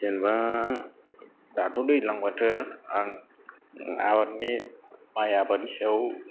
जेनेबा दाथ' दैलां बोथोर आं आबादनि माइ आबादनि सायाव